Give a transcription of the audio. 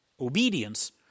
Obedience